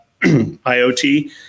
IoT